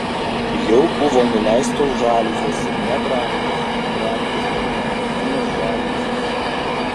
jau buvo nuleistos žaliuzės nebrangios praktiškos bambukinės žaliuzės